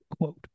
Quote